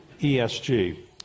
ESG